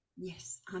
Yes